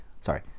Sorry